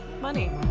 money